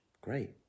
great